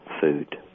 food